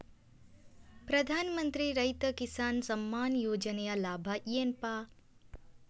ಪ್ರಧಾನಮಂತ್ರಿ ರೈತ ಕಿಸಾನ್ ಸಮ್ಮಾನ ಯೋಜನೆಯ ಲಾಭ ಏನಪಾ?